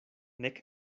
nek